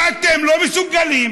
ואתם לא מסוגלים,